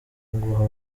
ngo